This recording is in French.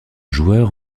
joueur